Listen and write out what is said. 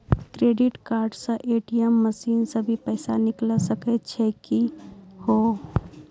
Credit card से ATM machine से भी पैसा निकल सकै छि का हो?